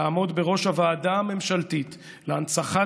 לעמוד בראש הוועדה הממשלתית להנצחת